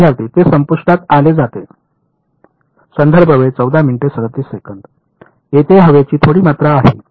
विद्यार्थीः ते संपुष्टात आणले जाते तेथे हवेची थोडी मात्रा आहे